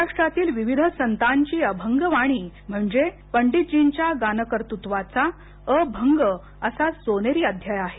महाराष्ट्रातील विविध संतांची अभंगवाणी म्हणजे पंडितजींच्या गानकर्तत्वाचा अ भंग असा सोनेरी अध्याय आहे